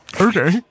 Okay